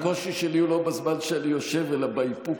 הקושי שלי הוא לא בזמן שאני יושב אלא באיפוק